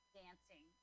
dancing